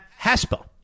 Haspel